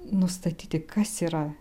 nustatyti kas yra